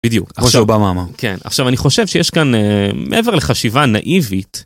בדיוק, כמו שאובמה אמר. כן, עכשיו אני חושב שיש כאן מעבר לחשיבה נאיבית...